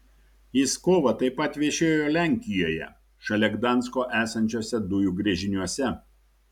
jis kovą taip pat viešėjo lenkijoje šalia gdansko esančiuose dujų gręžiniuose